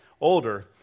older